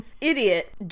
idiot